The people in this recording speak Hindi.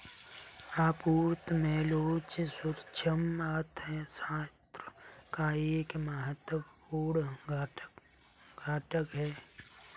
आपूर्ति में लोच सूक्ष्म अर्थशास्त्र का एक महत्वपूर्ण घटक है